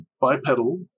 bipedal